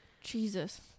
jesus